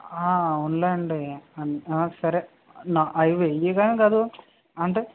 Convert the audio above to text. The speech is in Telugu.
అవునులేండి ఆ సరే నా అంటే